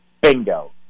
bingo